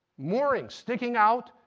moorings sticking out.